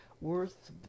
worth